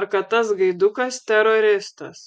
ar kad tas gaidukas teroristas